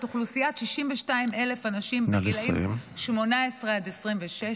אוכלוסיית 62,000 אנשים בגילים 18 עד 26,